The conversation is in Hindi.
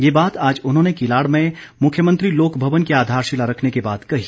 ये बात आज उन्होंने किलाड़ में मुख्यमंत्री लोक भवन की आधारशिला रखने के बाद कही